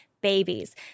babies